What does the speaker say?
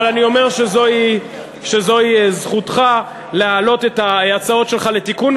אבל אני אומר שזוהי זכותך להעלות את ההצעות שלך לתיקון,